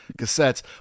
cassettes